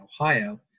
Ohio